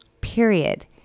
period